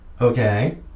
okay